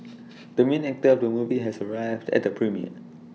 the main actor of the movie has arrived at the premiere